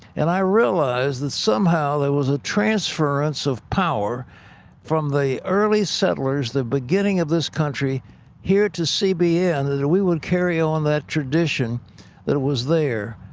and i realize that somehow there was a transference of power from the early settlers, the beginning of this country here to cbn that we would carry on that tradition that was there.